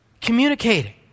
Communicating